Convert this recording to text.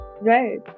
right